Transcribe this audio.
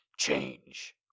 Change